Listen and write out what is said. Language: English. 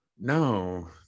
No